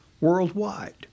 worldwide